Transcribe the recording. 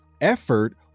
effort